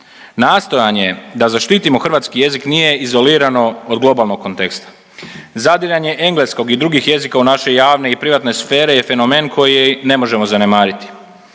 Nastojanje da zaštitimo hrvatski jezik nije izolirano od globalnog konteksta, zadiranje engleskog i drugih jezika u naše javne i privatne sfere je fenomen koji ne možemo zanemariti.